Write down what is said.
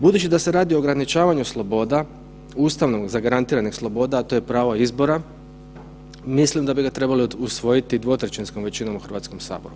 Budući da se radi o ograničavanju sloboda Ustavom zagarantiranih sloboda, a to je pravo izbora mislim da bi ga trebalo usvojiti dvotrećinskom većinom u Hrvatskom saboru.